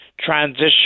transition